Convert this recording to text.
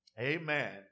Amen